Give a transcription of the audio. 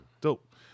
Dope